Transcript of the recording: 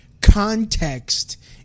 context